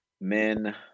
men